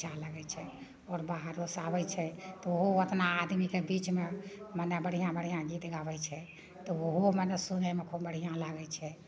अच्छा लागैत छै आओर बाहरोसँ आबैत छै तऽ ओहो ओतना आदमीके बिचमे मने बढ़िआँ बढ़िआँ गीत गाबैत छै तऽ ओहो मने सुनैमे खूब बढ़िआँ लागैत छै